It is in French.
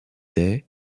des